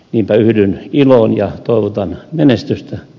niinpä yhdyn iloon ja toivotan menestystä